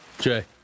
Jay